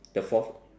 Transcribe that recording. the fourth